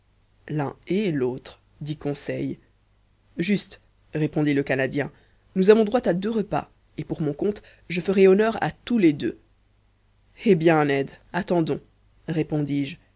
l'un et l'autre dit conseil juste répondit le canadien nous avons droit à deux repas et pour mon compte je ferai honneur à tous les deux eh bien ned attendons répondis-je